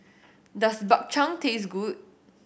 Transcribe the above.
does Bak Chang taste good